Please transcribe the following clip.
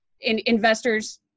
investors